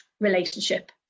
relationship